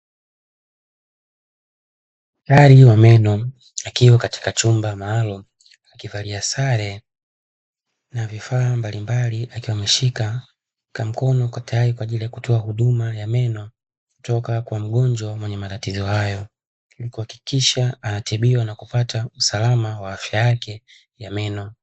Daktari wa meno akiwa katika chumba maalumu akivalia sare na vifaa mbalimbali akiwa ameshika kwa mkono, yupo tayari kwa ajili ya kutoa huduma ya meno kutoka kwa mgonjwa mwenye matatizo hayo, ili kuhakikisha anatibiwa na kupata usalama wa afya yake ya meno.